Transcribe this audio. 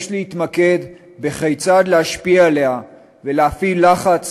יש להתמקד בכיצד להשפיע עליה, להפעיל לחץ